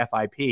FIP